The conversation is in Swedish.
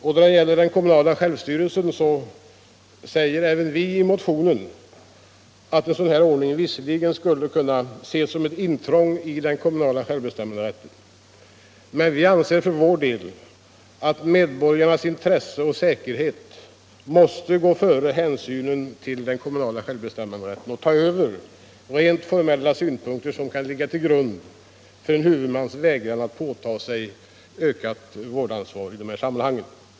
Då det gäller den kommunala självstyrelsen säger vi i motionen även att en sådan ordning visserligen skulle kunna ses som ett intrång i den kommunala självbestämmanderätten, men att vi för vår def anser att medborgarnas intresse och säkerhet måste gå före hänsynen till den kommunala självbestämmanderätten och ta över rent formella synpunkter som kan ligga till grund för en huvudmans vägran att påta sig ökat vårdansvar i de här sammanhangen.